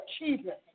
achievement